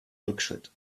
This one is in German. rückschritt